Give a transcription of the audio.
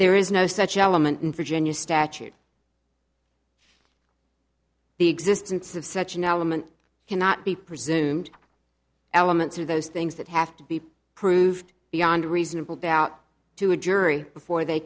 there is no such element in virginia statute the existence of such an element cannot be presumed elements are those things that have to be proved beyond reasonable doubt to a jury before they